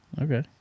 okay